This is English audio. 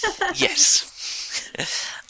Yes